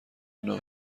اینو